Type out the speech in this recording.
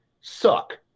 suck